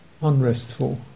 unrestful